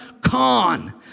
con